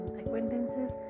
acquaintances